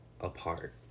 apart